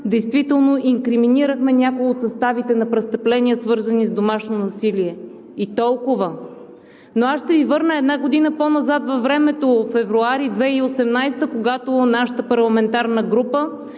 действително инкриминирахме някои от съставите на престъпления, свързани с домашно насилие. И толкова! Но аз ще Ви върна една година по-назад във времето – февруари 2018 г., когато нашата парламентарна група